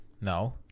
no